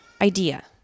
idea